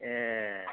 ए